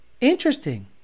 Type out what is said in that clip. interesting